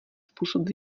způsob